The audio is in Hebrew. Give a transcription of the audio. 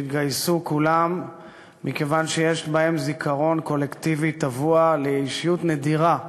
שהתגייסו כולם מכיוון שיש בהם זיכרון קולקטיבי טבוע של אישיות נדירה,